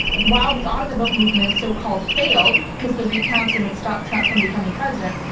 while the audit the vote movement so-called failed because the recounts didn't stop trump from becoming president,